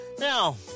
Now